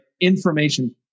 information